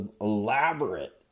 elaborate